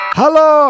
Hello